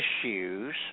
issues